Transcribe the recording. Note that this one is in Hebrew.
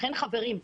לכן חברים,